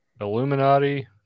Illuminati